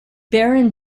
baron